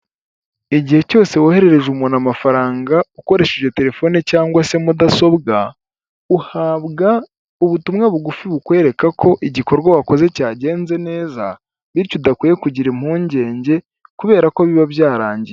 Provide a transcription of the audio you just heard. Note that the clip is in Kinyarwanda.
Igihe cyose woherereje umuntu amafaranga ukoresheje terefone cyangwa mudasobwa, uhabwa ubutumwa bugufi bukwereka ko igikorwa wakoze cyagenze neza bityo udakwiye kugira impungenge kubera ko biba byarangiye.